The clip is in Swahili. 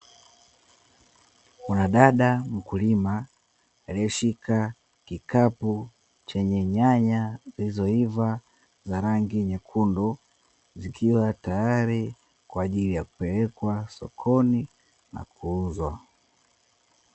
Mwanadada mkulima aliyeshika kikapu chenye nyanya zilizoiva za rangi nyekundu, zikiwa tayari kwa ajili ya kupelekwa sokoni na kuuzwa.